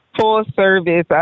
full-service